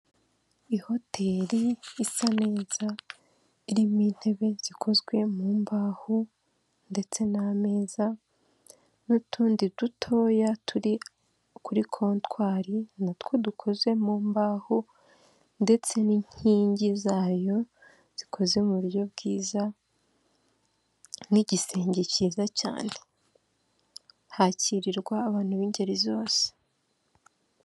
I hoteli isa neza irimo intebe zikozwe mu mbaho ndetse n'ameza n'utundi duto turi kuri kotwari natwo dukoze mu mbaho, ndetse n'inkingi zayo zikoze mu buryo bwiza nk'igisenge kiza cyane hakirirwa abantu b'ingeri zose.